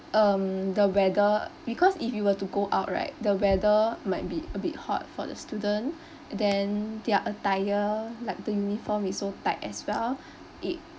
um the weather because if you were to go out right the weather might be a bit hot for the student then their attire like the uniform is so tight as well it